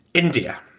India